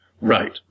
Right